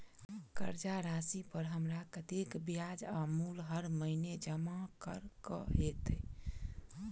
कर्जा राशि पर हमरा कत्तेक ब्याज आ मूल हर महीने जमा करऽ कऽ हेतै?